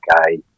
okay